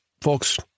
folks